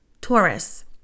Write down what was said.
Taurus